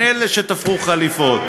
אלה שתפרו חליפות.